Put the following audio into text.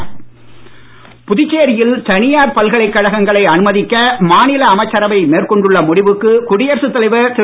அன்பழகன் புதுச்சேரியில் தனியார் பல்கலைக் கழகங்களை அனுமதிக்க மாநில அமைச்சரவை மேற்கொண்டுள்ள முடிவுக்கு குடியரசுத் தலைவர் திரு